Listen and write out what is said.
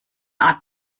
art